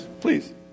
Please